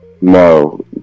No